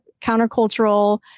countercultural